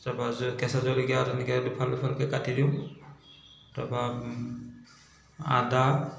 কেঁচা জলকীয়া তেনেকৈ দুফাল দুফালকৈ কাটি দিওঁ তাৰ পৰা আদা